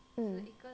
mm